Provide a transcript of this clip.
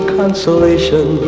consolation